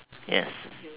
yes